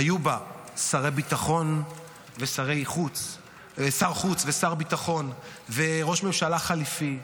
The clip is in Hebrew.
היו בה שר חוץ ושר ביטחון וראש ממשלה חליפי,